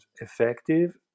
effective